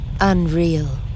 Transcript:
unreal